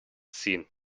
ziehen